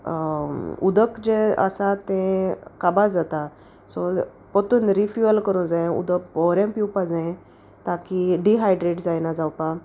उदक जें आसा तें काबार जाता सो पोतून रिफ्यूअल करूं जायें उदक बोरें पिवपा जायें ताकी डिहायड्रेट जायना जावपाक